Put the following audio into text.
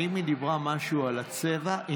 האם היא דיברה משהו על הצבע.